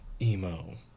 emo